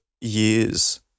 years